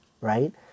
right